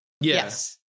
Yes